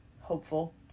hopeful